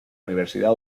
universidad